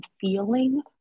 feeling